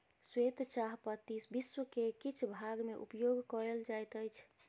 श्वेत चाह पत्ती विश्व के किछ भाग में उपयोग कयल जाइत अछि